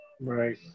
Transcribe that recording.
Right